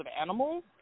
animals